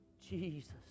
Jesus